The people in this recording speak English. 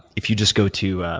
if you just go to